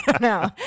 no